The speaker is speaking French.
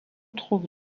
trouve